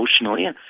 emotionally